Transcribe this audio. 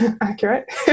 accurate